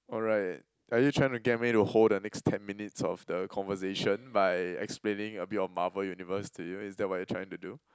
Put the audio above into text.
alright are you trying to get me to hold the next ten minutes of the conversation by explaining a bit of Marvel universe to you is that what you're trying to do